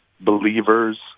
believers